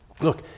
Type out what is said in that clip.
Look